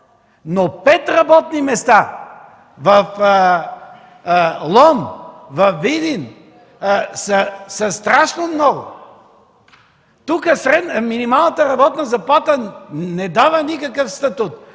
но пет работни места в Лом, във Видин са страшно много! Тук минималната работна заплата не дава никакъв статут,